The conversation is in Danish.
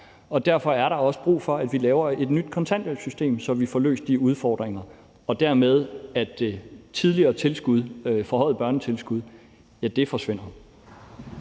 derfor er der også brug for, at vi laver et nyt kontanthjælpssystem, så vi får løst de udfordringer, og at det tidligere forhøjede børnetilskud dermed forsvinder.